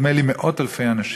נדמה לי מאות-אלפי אנשים,